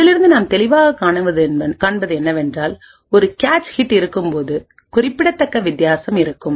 இதிலிருந்து நாம் தெளிவாக காண்பது என்னவென்றால் ஒரு கேச் ஹிட் இருக்கும்போது குறிப்பிடத்தக்க வித்தியாசம் இருக்கும்